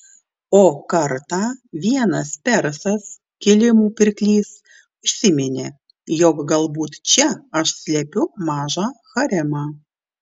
o kartą vienas persas kilimų pirklys užsiminė jog galbūt čia aš slepiu mažą haremą